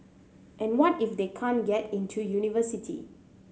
and what if they can't get into university